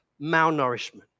malnourishment